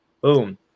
Boom